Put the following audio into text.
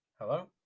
Hello